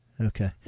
okay